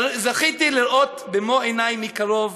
זכיתי לראות במו-עיני, מקרוב,